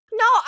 No